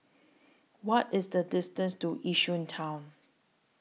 What IS The distance to Yishun Town